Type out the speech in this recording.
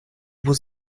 was